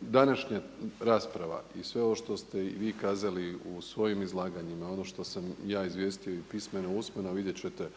današnja rasprava i sve ovo što ste i vi kazali u svojim izlaganjima, ono što sam ja izvijestio i pismeno i usmeno, a vidjet ćete